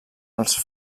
els